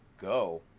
go